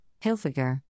Hilfiger